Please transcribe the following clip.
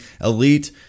elite